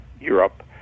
Europe